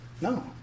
No